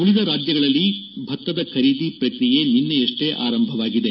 ಉಳಿದ ರಾಜ್ಯಗಳಲ್ಲಿ ಭತ್ತದ ಖರೀದಿ ಪ್ರಕ್ರಿಯೆ ನಿನ್ನೆಯಷ್ಲೇ ಆರಂಭವಾಗಿದೆ